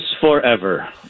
forever